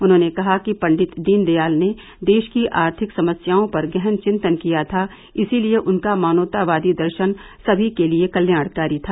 उन्होंने कहा कि पंडित दीनदयाल ने देश की आर्थिक समस्याओं पर गहन चिन्तन किया था इसीलिए उनका मानवतावादी दर्शन सभी के लिए कत्याणकारी था